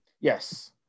yes